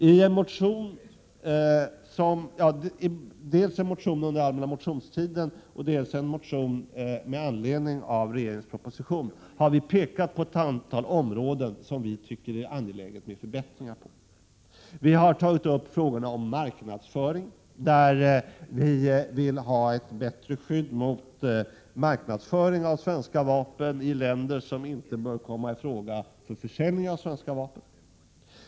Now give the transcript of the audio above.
I en motion som väcktes under allmänna motionstiden och i en motion med anledning av regeringens proposition har vi pekat på ett antal områden där vi tycker att det är angeläget att genomföra förbättringar. Vi har tagit upp frågorna om marknadsföring, där vi vill ha ett bättre skydd mot marknadsföring av svenska vapen i länder som inte bör komma i fråga för försäljning av svenska vapen.